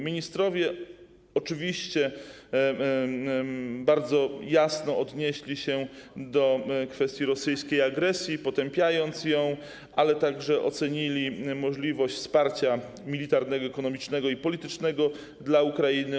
Ministrowie oczywiście bardzo jasno odnieśli się do kwestii rosyjskiej agresji, potępiając ją, ale także ocenili możliwość wsparcia militarnego, ekonomicznego i politycznego dla Ukrainy.